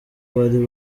bari